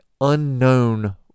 unknown